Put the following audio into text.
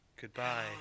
Goodbye